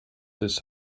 this